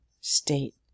state